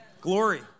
glory